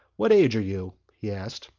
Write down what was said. what age are you? he asked.